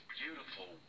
beautiful